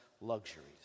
luxuries